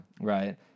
Right